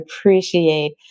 appreciate